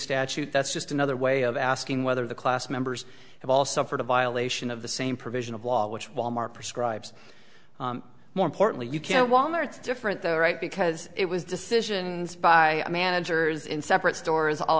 statute that's just another way of asking whether the class members have all suffered a violation of the same provision of law which wal mart prescribes more importantly you can't walk in there it's different there right because it was decisions by managers in separate stores all